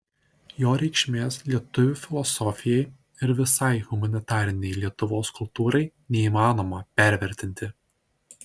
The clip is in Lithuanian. jo reikšmės lietuvių filosofijai ir visai humanitarinei lietuvos kultūrai neįmanoma pervertinti